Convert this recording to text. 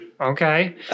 Okay